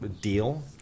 deal